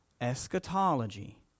eschatology